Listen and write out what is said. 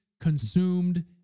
consumed